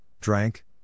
drank